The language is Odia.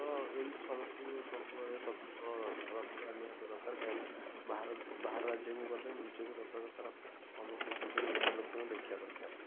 ତ ଏମିତି ସମସ୍ତଙ୍କୁ ସବୁବେଳେ ସଚେତନ ରଖିବା ନିହାତି ଦରକାର କାହିଁକି ନା ବାହାର ରାଜ୍ୟକୁ ଗଲେ ନିଜକୁ ସତର୍କତା ରଖିବା ସହିତ ସମସ୍ତଙ୍କୁ ବି ନିଜ ଲୋକଙ୍କୁ ଦେଖିବା ଦରକାର